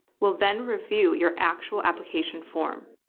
we'll then review your actual application form,